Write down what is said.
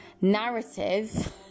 narrative